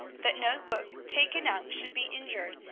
that no book taken out should be injured,